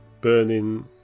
burning